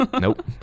Nope